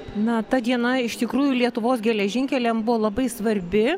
na ta diena iš tikrųjų lietuvos geležinkeliam buvo labai svarbi